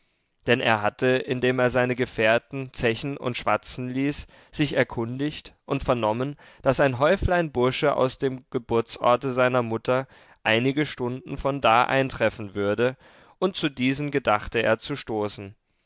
denn er hatte indem er seine gefährten zechen und schwatzen ließ sich erkundigt und vernommen daß ein häuflein bursche aus dem geburtsorte seiner mutter einige stunden von da eintreffen würde und zu diesen gedachte er zu stoßen